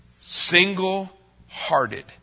Single-hearted